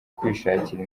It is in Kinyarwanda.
kwishakira